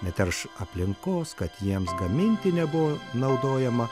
neterš aplinkos kad jiems gaminti nebuvo naudojama